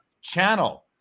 channel